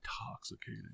intoxicating